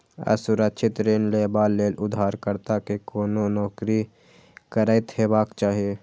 असुरक्षित ऋण लेबा लेल उधारकर्ता कें कोनो नौकरी करैत हेबाक चाही